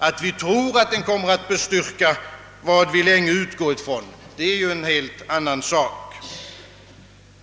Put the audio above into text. Att vi tror, att den kommer att bestyrka vad vi länge utgått från, är en helt annan sak.